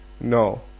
No